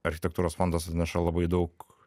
architektūros fondas atneša labai daug